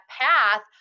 path